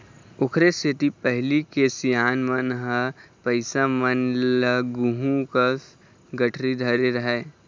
ओखरे सेती पहिली के सियान मन ह पइसा मन ल गुहूँ कस गठरी धरे रहय